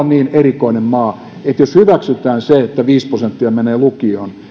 niin erikoinen maa etteikö se jos hyväksytään se että viisi prosenttia menee lukioon tai